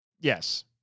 Yes